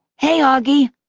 hey, auggie.